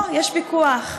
אבל יש פיקוח ממשלה.